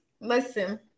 listen